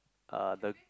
uh the